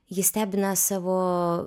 ji stebina savo